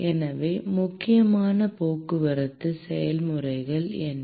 எனவே முக்கியமான போக்குவரத்து செயல்முறைகள் என்ன